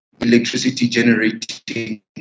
electricity-generating